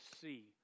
see